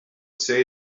say